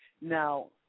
Now